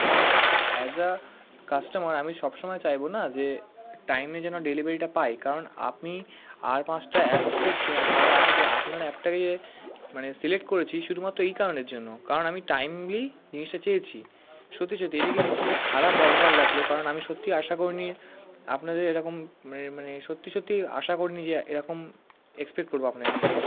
কারণ as a customer আমি সব সময় চাইব না যে টাইমে যেন ডেলিভারিটা পাই কারণ আপনি আর পাঁচটা অ্যাপ তি ছা ছাড়া যে আপনার অ্যাপটাকেই মানে সিলেক্ট করেছি শুধুমাত্র এই কারণের জন্য কারণ আমি টাইমলি জিনিসটা চেয়েছি সত্যি সত্যি এটা কিন্তু খুবই খারাপ ব্যবহার লাগলো কারণ আমি সত্যি আশা করিনি আপনাদের এরকম মানে মানে সত্যি সত্যি আশা করি নি যে অ্যা এরাকম এক্সপেক্ট করব আপনাদের থেকে